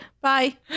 bye